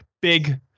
big